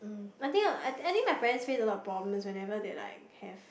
I think uh I think my parents face a lot of problems whenever they like have